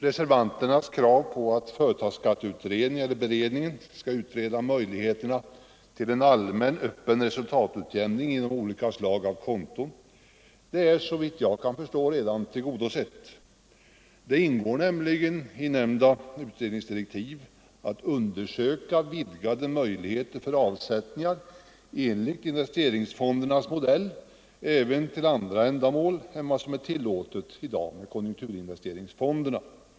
Reservanternas krav på att företagsskattebered ningen skall utreda möjligheterna till en allmän öppen resultatutjämning genom olika slag av konton är såvitt jag kan förstå redan tillgodosett. Det ingår nämligen i beredningens direktiv att undersöka vidgade möjligheter för avsättningar enligt investeringsfondernas modell även till andra ändamål än dem som är tillåtna i dag med konjunkturinvesteringsfonderna.